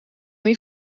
niet